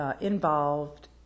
involved